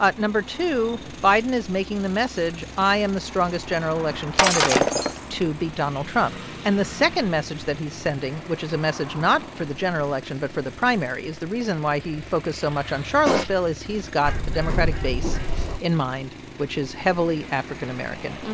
ah number two, biden is making the message, i am the strongest general election candidate to beat donald trump and the second message that he's sending, which is a message not for the general election, but for the primary, is the reason why he focused so much on charlottesville is he's got the democratic base in mind, which is heavily african american. and